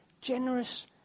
Generous